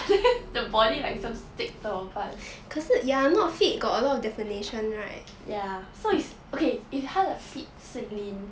the body like some stick 的 but ya so is okay if 他的 fit 是 lean